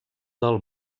del